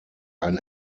ein